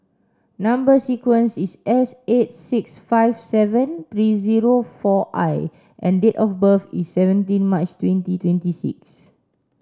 number sequence is S eight six five seven three zero four I and date of birth is seventeen March twenty twenty six